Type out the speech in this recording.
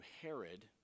Herod